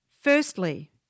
Firstly